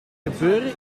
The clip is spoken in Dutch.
gebeuren